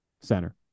center